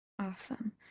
Awesome